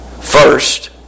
First